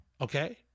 Okay